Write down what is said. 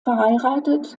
verheiratet